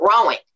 growing